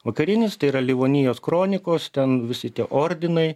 vakarinis tai yra livonijos kronikos ten visi tie ordinai